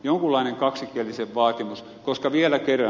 jonkunlainen kaksikielisyyden vaatimus koska vielä kerran